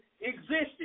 existed